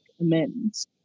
amends